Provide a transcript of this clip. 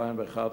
2011,